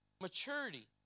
Maturity